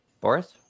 Boris